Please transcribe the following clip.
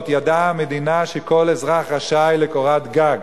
ידעה המדינה שכל אזרח רשאי לקורת גג,